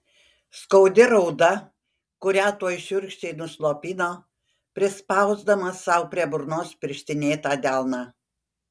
skaudi rauda kurią tuoj šiurkščiai nuslopino prispausdamas sau prie burnos pirštinėtą delną